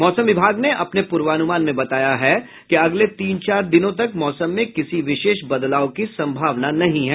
मौसम विभाग ने अपने पूर्वानुमान में बताया है कि अगले तीन चार दिनों तक मौसम में किसी विशेष बदलाव की संभावना नहीं है